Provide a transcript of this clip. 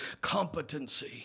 competency